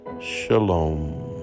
Shalom